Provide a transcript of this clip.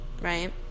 right